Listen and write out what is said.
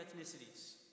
ethnicities